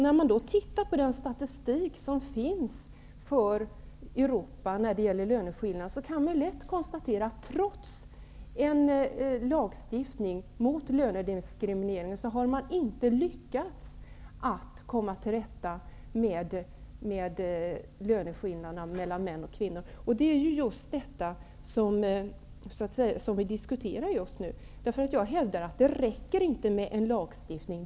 När vi ser på den statistik som finns för Europa över löneskillnaderna kan vi lätt konstatera att man trots en lagstiftning mot lönediskrimineringen inte har lyckats att komma till rätta med löneskillnaderna mellan kvinnor och män. Det är detta vi diskuterar just nu. Jag hävdar att det inte räcker med lagstiftning.